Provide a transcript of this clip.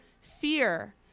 fear